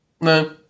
No